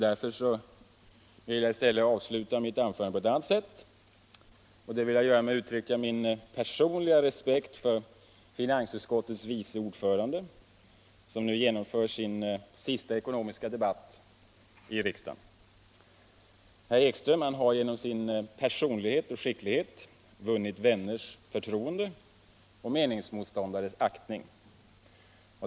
Därför vill jag i stället avsluta mitt anförande med att uttala min personliga respekt för finansutskottets vice ordförande, som nu genomför sin sista ekonomiska debatt i riksdagen. Herr Ekström har genom sin personlighet och skicklighet vunnit vänners förtroende och meningsmotståndares aktning.